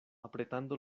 apretando